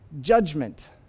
judgment